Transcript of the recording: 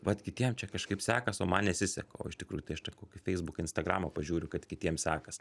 vat kitiem čia kažkaip sekas o man nesiseka o iš tikrųjų tai aš čia kokį feisbuką instagramą pažiūriu kad kitiem sekas